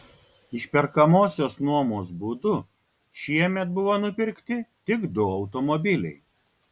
išperkamosios nuomos būdu šiemet buvo nupirkti tik du automobiliai